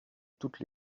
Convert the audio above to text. toutes